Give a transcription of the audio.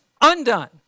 undone